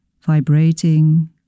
vibrating